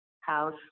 house